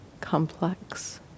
complex